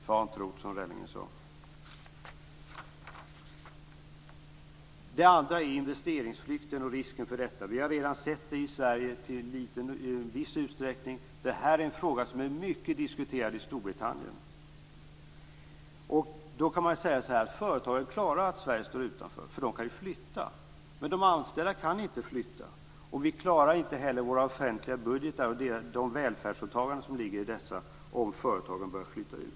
Fan tro't, som Rellingen sade. Den andra frågan som jag vill ta upp är investeringsflykten och risken för detta. Vi har redan sett det i Sverige i viss utsträckning. Det här är en fråga som är mycket diskuterad i Storbritannien. Då kan man säga att företagen klarar av att Sverige står utanför, eftersom de kan flytta. Men de anställda kan inte flytta, och vi klarar inte heller våra offentliga budgetar och de välfärdsåtaganden som ligger i dessa om företagen börjar flytta ut.